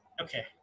okay